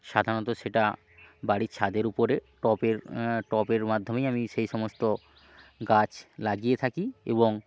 সাধারণত সেটা বাড়ির ছাদের উপরে টপের টবের মাধ্যমেই আমি সেই সমস্ত গাছ লাগিয়ে থাকি এবং